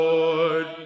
Lord